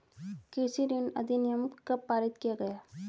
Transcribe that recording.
कृषि ऋण अधिनियम कब पारित किया गया?